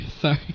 Sorry